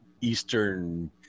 eastern